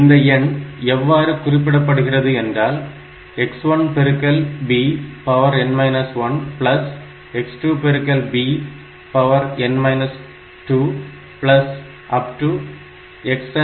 இந்த எண் இவ்வாறு குறிப்பிடப்படுகிறது என்றால் x1 bn 1 x2 bn 2